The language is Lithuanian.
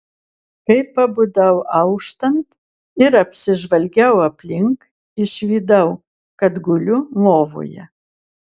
kai pabudau auštant ir apsižvalgiau aplink išvydau kad guliu lovoje